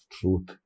truth